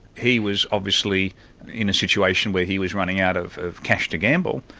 he was obviously in a situation where he was running out of of cash to gamble,